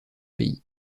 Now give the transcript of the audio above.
pays